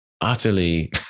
utterly